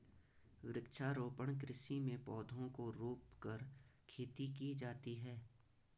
वृक्षारोपण कृषि में पौधों को रोंपकर खेती की जाती है